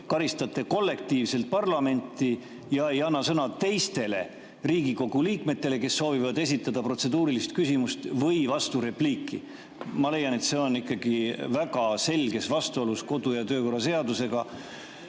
karistate kollektiivselt parlamenti ja ei anna sõna teistele Riigikogu liikmetele, kes soovivad esitada protseduurilist küsimust või vasturepliiki. Ma leian, et see on ikkagi väga selges vastuolus kodu‑ ja töökorra seadusega.